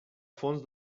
fons